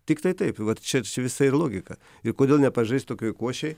tiktai taip vat čia visa ir logika ir kodėl nepažais tokioj košėj